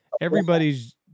Everybody's